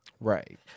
Right